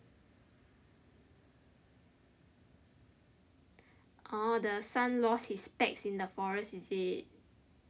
orh the son lost his specs in the forest is it